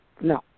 No